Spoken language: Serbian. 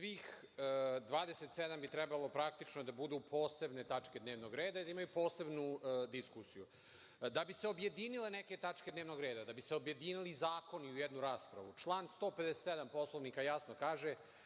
27 bi trebalo praktično da budu posebne tačke dnevnog reda i da imaju posebnu diskusiju. Da bi se objedinile neke tačke dnevnog reda, da bi se objedinili zakoni u jednu raspravu član 157. Poslovnika jasno kaže